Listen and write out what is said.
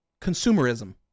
Consumerism